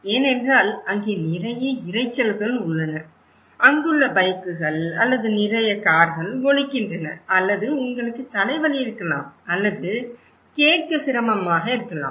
ஏனென்றால் அங்கே நிறைய இரைச்சல்கள் உள்ளன அங்குள்ள பைக்குகள் அல்லது நிறைய கார்கள் ஒலிக்கின்றன அல்லது உங்களுக்கு தலைவலி இருக்கலாம் அல்லது கேட்க சிரமமாக இருக்கலாம்